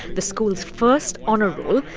the school's first honor roll,